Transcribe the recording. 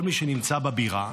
כל מי שנמצא בבירה,